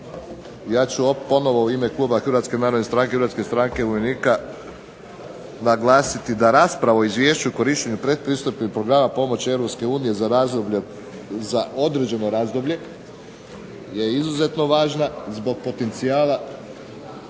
ja ću ponovo u ime kluba Hrvatske narodne stranke, i Hrvatske stranke umirovljenika naglasiti da rasprava o izvješću o korištenju pretpristupnih programa pomoći Europske unije za razdoblje, za određeno razdoblje je izuzetno važna zbog potencijala